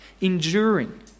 enduring